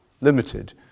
limited